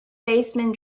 baseman